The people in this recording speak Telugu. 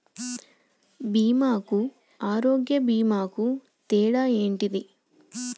బీమా కు ఆరోగ్య బీమా కు తేడా ఏంటిది?